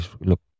look